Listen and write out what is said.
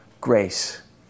grace